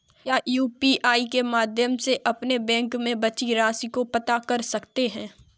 क्या यू.पी.आई के माध्यम से अपने बैंक में बची राशि को पता कर सकते हैं?